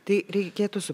tai reikėtų su